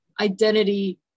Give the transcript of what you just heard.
identity